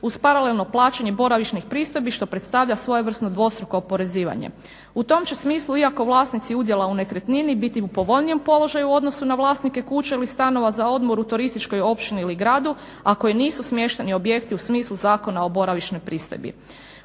Uz paralelno plaćanje boravišnih pristojbi što predstavlja svojevrsno dvostruko oporezivanje. U tom će smislu, iako vlasnici udjela u nekretnini biti u povoljnijem položaju u odnosu na vlasnike kuća ili stanova za odmor u turističkoj općini ili gradu, ako i nisu smješteni objekti u smislu Zakona o boravišnoj pristojbi.